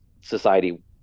society